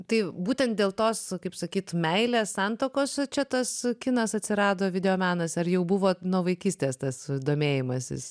tai būtent dėl tos kaip sakyt meilės santuokos čia tas kinas atsirado videomenas ar jau buvo nuo vaikystės tas domėjimasis